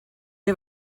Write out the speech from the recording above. est